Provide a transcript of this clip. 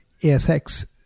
ASX